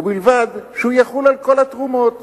ובלבד שהוא יחול על כל התרומות,